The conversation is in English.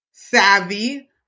Savvy